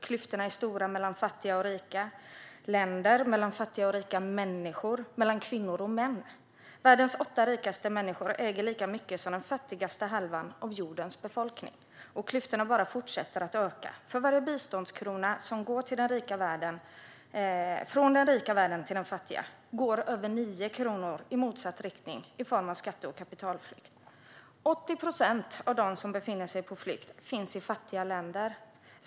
Klyftorna är stora mellan fattiga och rika länder, mellan fattiga och rika människor och mellan kvinnor och män. Världens åtta rikaste människor äger lika mycket som den fattigaste halvan av jordens befolkning, och klyftorna bara fortsätter att öka. För varje biståndskrona som går från den rika världen till den fattiga går över nio kronor i motsatt riktning i form av skatte och kapitalflykt. 80 procent av dem som befinner sig på flykt finns i fattiga länder.